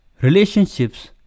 Relationships